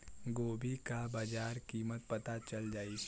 गोभी का बाजार कीमत पता चल जाई?